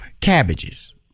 cabbages